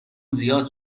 زیاد